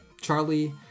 Charlie